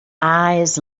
eyes